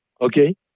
okay